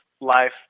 life